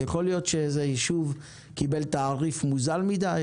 יכול להיות שאיזה ישוב קיבל תעריף מוזל מדי,